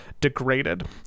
degraded